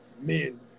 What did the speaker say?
men